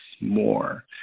more